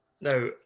now